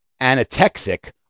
anatexic